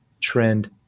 trend